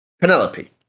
Penelope